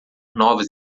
novas